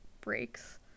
breaks